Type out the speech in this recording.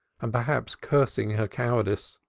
and perhaps cursing her cowardice.